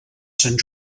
sant